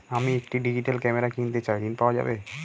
আমি একটি digital camera কিনতে চাই ঝণ পাওয়া যাবে?